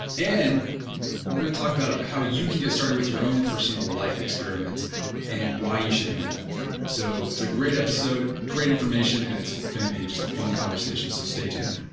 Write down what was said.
and we're going to talk about how you can get started with your own personal life experiments and why you should do that so, it's a great episode, great information and it's going to be just a fun conversation. so stay tuned